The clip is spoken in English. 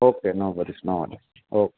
okay no worries no worries okay